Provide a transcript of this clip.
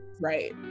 Right